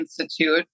Institute